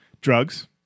Drugs